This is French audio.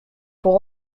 pour